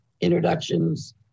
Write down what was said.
introductions